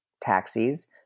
taxis